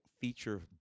feature